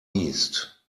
east